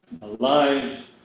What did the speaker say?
alive